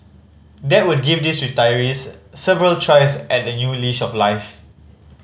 that would give these retirees several tries at a new leash of life